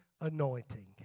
anointing